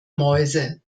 mäuse